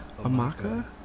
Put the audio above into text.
Amaka